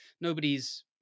Nobody's